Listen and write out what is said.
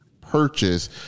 purchase